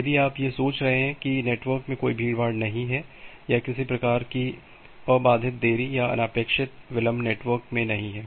यदि आप यह सोच रहे हैं कि नेटवर्क में कोई भीड़भाड़ नहीं है या किसी प्रकार की अबाधित देरी या अनपेक्षित विलंब नेटवर्क में नहीं है